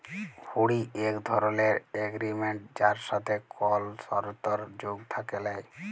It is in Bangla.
হুঁড়ি এক ধরলের এগরিমেনট যার সাথে কল সরতর্ যোগ থ্যাকে ল্যায়